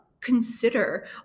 consider